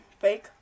fake